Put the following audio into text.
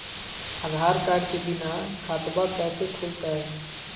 आधार card के बिना खाताबा कैसे खुल तय?